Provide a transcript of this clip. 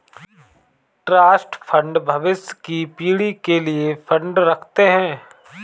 trust fund भविष्य की पीढ़ी के लिए फंड रखते हैं